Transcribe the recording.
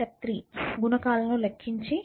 step 3 గుణకాలను లెక్కించి ముద్రించండి